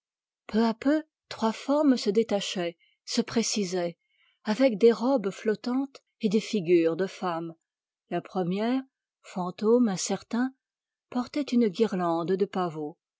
trois formes se dessinaient avec des robes flottantes et des figures de femmes la première fantôme incertain portait une guirlande de pavots